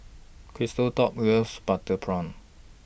Christop loves Butter Prawn